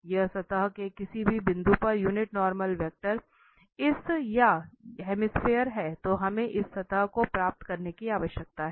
यह सतह के किसी भी बिंदु पर यूनिट नॉर्मल वेक्टर इस या यह हेमीस्फेरे है तो हमें इस सतह को प्राप्त करने की आवश्यकता है